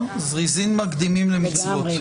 זריזים מקדימים למצוות.